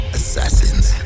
assassins